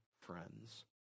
friends